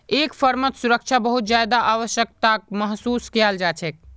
एक फर्मत सुरक्षा बहुत ज्यादा आवश्यकताक महसूस कियाल जा छेक